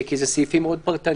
כי זה סעיפים מאוד פרטניים,